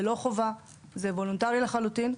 זה לא חובה, זה וולונטרי לחלוטין.